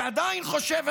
שעדיין חושב,